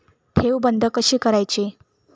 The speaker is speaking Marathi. ठेव बंद कशी करायची?